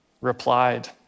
replied